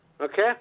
Okay